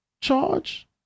charge